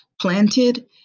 planted